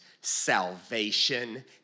Salvation